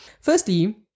Firstly